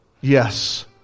Yes